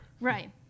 Right